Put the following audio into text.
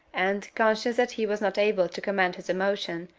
and, conscious that he was not able to command his emotion,